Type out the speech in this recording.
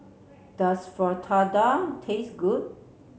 does Fritada taste good